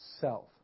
self